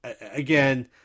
again